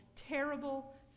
terrible